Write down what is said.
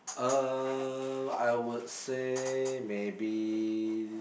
um I would say maybe